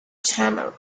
channel